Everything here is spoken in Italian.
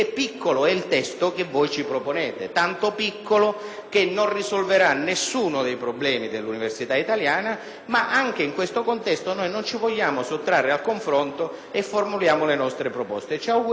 che non risolverà nessuno dei problemi dell'università italiana. Ma anche in questo contesto non vogliamo sottrarci al confronto e formuliamo le nostre proposte: ci auguriamo che vengano prese in considerazione al pari delle altre. Non ci pare